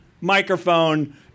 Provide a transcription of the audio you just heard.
microphone